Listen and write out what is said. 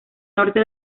norte